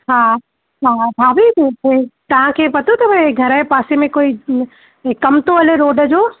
हा भाभी तव्हांखे पतो अथव इहो घर जे पासे में कोई कमु थो हले रोड जो